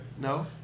No